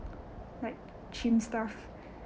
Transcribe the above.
like chim stuff